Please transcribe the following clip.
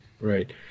right